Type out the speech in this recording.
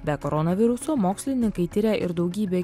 be koronaviruso mokslininkai tiria ir daugybę